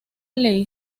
ley